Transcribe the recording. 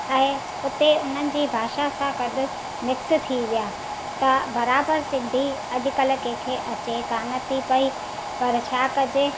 ऐं उते उन्हनि जी भाषा सां गॾु मिक्स थी विया त बराबरि सिंधी अॼुकल्ह कंहिंखे अचे कोन्ह थी पई पर छा कजे